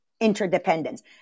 interdependence